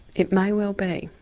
it may well be.